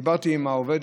דיברתי עם העובדת,